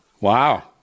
Wow